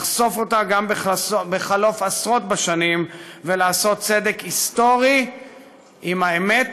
לחשוף אותה גם בחלוף עשרות בשנים ולעשות צדק היסטורי עם האמת,